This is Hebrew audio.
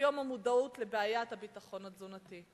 יום המודעות לבעיית הביטחון התזונתי.